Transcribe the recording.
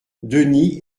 denis